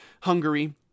Hungary